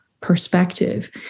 perspective